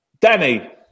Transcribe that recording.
Danny